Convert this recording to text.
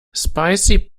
spicy